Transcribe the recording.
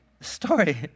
story